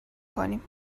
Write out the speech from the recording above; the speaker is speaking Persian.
کنیم